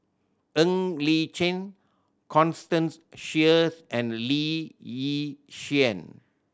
Ng Li Chin Constance Sheares and Lee Yi Shyan